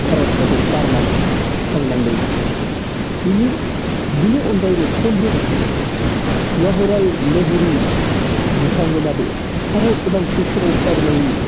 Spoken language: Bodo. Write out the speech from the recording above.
भारत हादरखौ गारनानै थांनांदोंमोन बेनि अनगायैबो पन्दित जवाहरलाल नेहरु बिथांमोनाबो भारत उदांस्रिनि सोमावसारनायनि